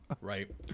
right